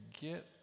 get